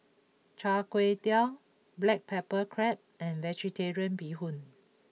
Char Kway Teow Black Pepper Crab and Vegetarian Bee Hoon